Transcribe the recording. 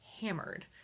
hammered